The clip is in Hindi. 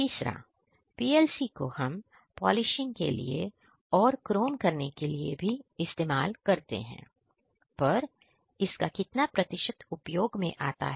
तीसरा PLC को हम पॉलिशिंग के लिए और क्रोम करने के लिए भी इस्तेमाल करते हैं पर इसका कितना प्रतिशत उपयोग में आता है